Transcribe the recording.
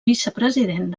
vicepresident